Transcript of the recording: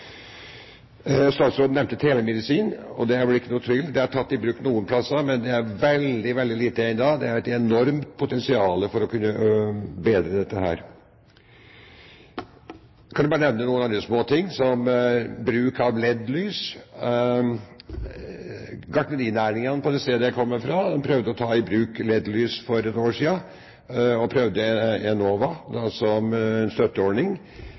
Statsråden nevnte telemedisin. Det er vel ikke noen tvil: Det er tatt i bruk noen steder, men det er veldig, veldig lite ennå. Det er et enormt potensial for å kunne bedre dette. Jeg kan nevne noen andre småting, som bruk av LED-lys. Gartnerinæringen på det stedet hvor jeg kommer fra, prøvde å ta i bruk LED-lys for et år siden. De prøvde å få en støtteordning